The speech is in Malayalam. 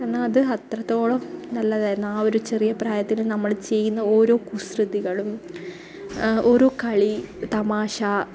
അത് അത്രത്തോളം നല്ലതായിരുന്നു ആ ഒരു ചെറിയ പ്രായത്തിൽ നമ്മൾ ചെയ്യുന്ന ഓരോ കുസൃതികളും ഓരോ കളി തമാശ